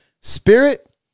spirit